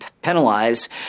penalize